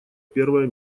первое